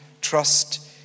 trust